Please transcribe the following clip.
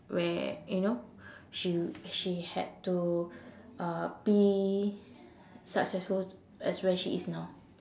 where you know she she had to uh be successful as where she is now